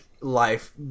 life